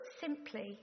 simply